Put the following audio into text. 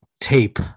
tape